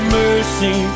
mercy